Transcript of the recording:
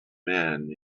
men